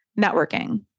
networking